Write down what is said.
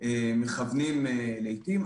מכוונים לעתים.